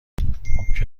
ممکن